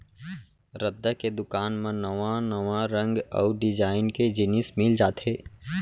रद्दा के दुकान म नवा नवा रंग अउ डिजाइन के जिनिस मिल जाथे